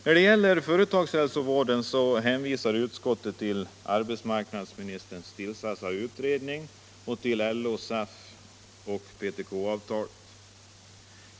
När det gäller företagshälsovården hänvisar utskottet till arbetsmarknadsministerns tillsättande av en utredning och till LO/PTK-SAF-avtalen.